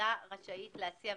הוועדה רשאית להציע,